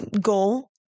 goal